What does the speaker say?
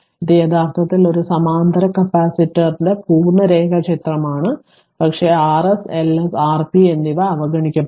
ഇത് യഥാർത്ഥത്തിൽ ഒരു സമാന്തര കപ്പാസിറ്ററിന്റെ പൂർണ്ണ രേഖാചിത്രമാണ് പക്ഷേ Rs Ls Rp എന്നിവ അവഗണിക്കപ്പെടും